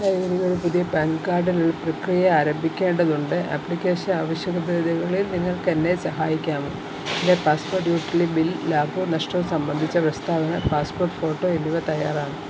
hi എനിക്കൊരു പുതിയ PAN കാർഡിനുള്ള പ്രക്രിയ ആരംഭിക്കേണ്ടതുണ്ട് ആപ്ലിക്കേഷൻ ആവശ്യകതകളിൽ നിങ്ങൾക്ക് എന്നെ സഹായിക്കാമോ എൻ്റെ പാസ്പോർട്ട് യൂട്ടിലിറ്റി ബിൽ ലാഭവും നഷ്ടവും സംബന്ധിച്ച പ്രസ്താവന പാസ്പോർട്ട് ഫോട്ടോ എന്നിവ തയ്യാറാണ്